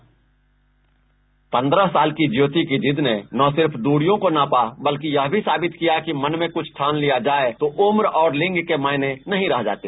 bite पन्द्रह साल की ज्योति की जिद ने न सिर्फ दूरियों को नापा बल्कि यह भी साबित किया कि मन में कुछ ठान लिया जाये तो उम्र और लिंग के मायने नहीं रह जाते